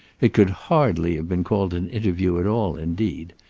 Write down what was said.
it could hardly have been called an interview at all, indeed,